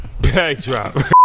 Backdrop